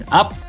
up